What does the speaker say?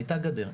הייתה גדר.